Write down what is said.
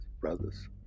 brothers